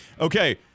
okay